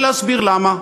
ולהסביר למה.